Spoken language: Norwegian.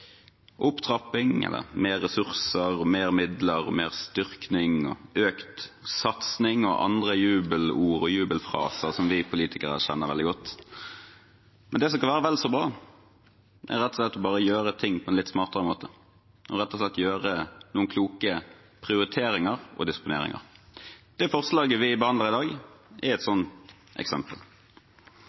opptrapping, flere ressurser, mer midler, større styrking, økt satsing og andre jubelord og jubelfraser som vi politikere kjenner veldig godt. Det som kan være vel så bra, er å gjøre ting på en litt smartere måte, rett og slett gjøre noen kloke prioriteringer og disponeringer. Det forslaget vi behandler i dag, er et eksempel